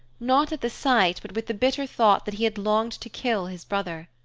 not at the sight but with the bitter thought that he had longed to kill his brother.